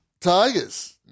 Tigers